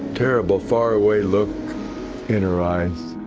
terrible far away look in her eyes,